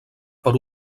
per